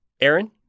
Aaron